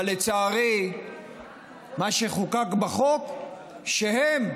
אבל לצערי מה שחוקק בחוק זה שהם,